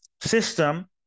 system